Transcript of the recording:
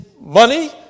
money